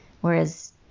whereas